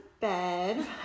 bed